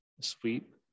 sweet